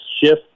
shift